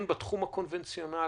הן בתחום הקונבנציונלי